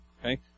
okay